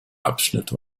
abschnitte